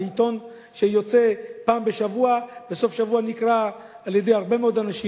זה עיתון שיוצא פעם בשבוע בסוף השבוע ונקרא על-ידי הרבה מאוד אנשים.